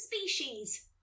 species